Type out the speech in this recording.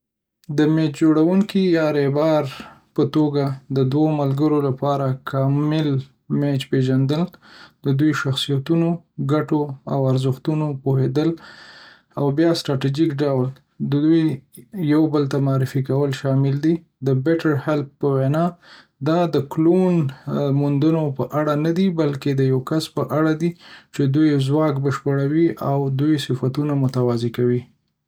د میچ جوړونکي یا ریبار په توګه، د دوو ملګرو لپاره د "کامل" میچ پیژندل د دوی شخصیتونو، ګټو او ارزښتونو پوهیدل، او بیا په ستراتیژیک ډول دوی یو بل ته معرفي کول شامل دي. د بیټر هیلپ په وینا، دا د کلون موندلو په اړه ندي، بلکه د یو کس په اړه دي چې د دوی ځواک بشپړوي او د دوی ضعفونه متوازن کوي.